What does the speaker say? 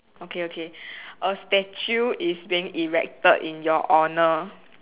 okay okay a statue is being erected in your honour